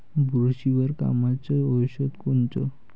बुरशीवर कामाचं औषध कोनचं?